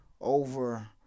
over